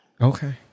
Okay